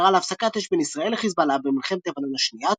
וקראה להפסקת אש בין ישראל לחזבאללה במלחמת לבנון השנייה,